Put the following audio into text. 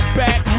back